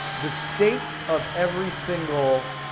the states of every single